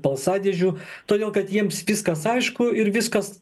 balsadėžių todėl kad jiems viskas aišku ir viskas